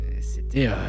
C'était